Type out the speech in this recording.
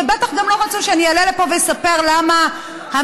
ובטח גם לא רצו שאני אעלה לפה ואספר למה המדינה